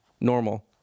normal